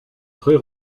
très